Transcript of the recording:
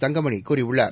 தங்கமணிகூறியுள்ளார்